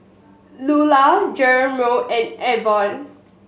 Lular Jeromy and Avon